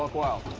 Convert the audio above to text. ah whoa,